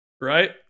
right